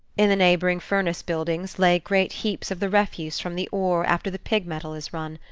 in the neighboring furnace-buildings lay great heaps of the refuse from the ore after the pig-metal is run.